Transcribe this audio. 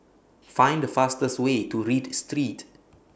Find The fastest Way to Read Street